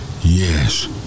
Yes